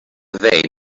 vain